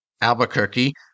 Albuquerque